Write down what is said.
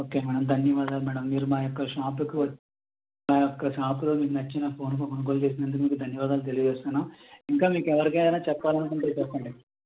okay madam ధన్యవాదాలు madam మీరు మా యొక్క షాపుకు మా యొక్క షాపులో మీకు నచ్చిన ఫోన్ను కొనుగోలు చేసినందుకు మీకు ధన్యవాదాలు తెలియజేస్తున్నాం ఇంకా మీకు ఎవరికైనా చెప్పాలనుకుంటే చెప్పండి